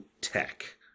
tech